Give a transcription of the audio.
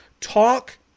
Talk